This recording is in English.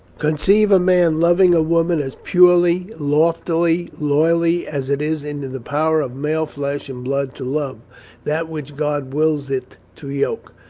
conceive a man loving a woman as purely, loftily, loyally as it is in the power of male flesh and blood to love that which grod wills it to yoke.